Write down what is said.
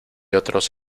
otros